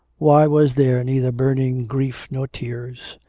why was there neither burning grief nor tears?